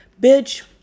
bitch